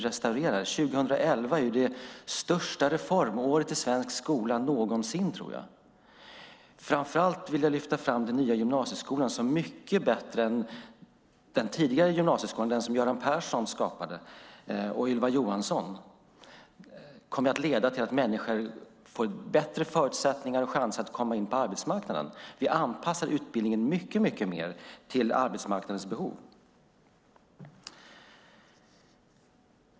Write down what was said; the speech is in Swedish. År 2011 är det största reformåret i svensk skola någonsin. Framför allt vill jag lyfta fram den nya gymnasieskolan som mycket bättre än den tidigare gymnasieskolan som Göran Persson och Ylva Johansson skapade kommer att ge människor förutsättningar och chanser att komma in på arbetsmarknaden. Vi anpassar utbildningen mycket mer till arbetsmarknadens behov.